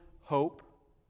hope